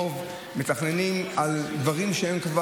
תשובת ביניים: יש צוות מקצועי שהוקם לכל